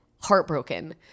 heartbroken